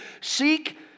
Seek